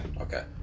Okay